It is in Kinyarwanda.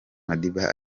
madiba